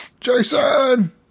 Jason